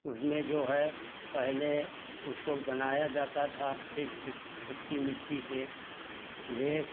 उसमें जो है पहले उसको बनाया जाता था फिर कि कच्ची मिट्टी से लेस